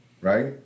right